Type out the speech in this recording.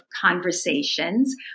conversations